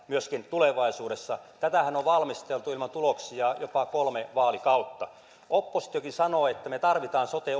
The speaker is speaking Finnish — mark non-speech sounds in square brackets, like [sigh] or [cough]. myöskin tulevaisuudessa tätähän on valmisteltu ilman tuloksia jopa kolme vaalikautta oppositiokin sanoo että me tarvitsemme sote [unintelligible]